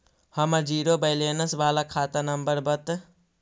हमर zero balance बाला खाता नम्बर बत?